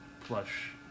plush